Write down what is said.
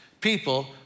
people